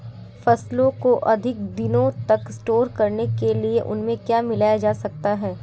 फसलों को अधिक दिनों तक स्टोर करने के लिए उनमें क्या मिलाया जा सकता है?